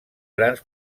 grans